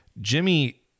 Jimmy